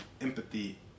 empathy